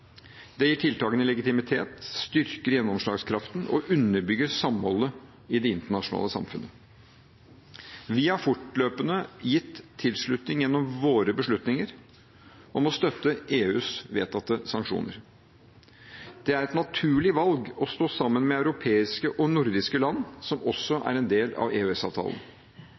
Det gir tiltakene legitimitet, styrker gjennomslagskraften og underbygger samholdet i det internasjonale samfunnet. Vi har fortløpende gitt tilslutning gjennom våre beslutninger om å støtte EUs vedtatte sanksjoner. Det er et naturlig valg å stå sammen med europeiske og nordiske land som også er en del av